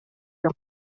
жок